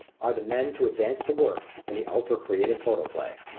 are the men to advance the work in the ultra-creative photoplay.